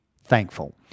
thankful